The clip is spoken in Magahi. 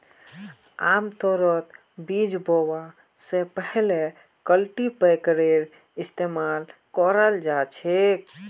आमतौरत बीज बोवा स पहले कल्टीपैकरेर इस्तमाल कराल जा छेक